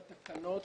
בתקנות